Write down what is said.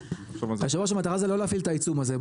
היושב ראש, המטרה זה לא להפעיל את העיצום הזה.